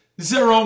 zero